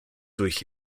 durch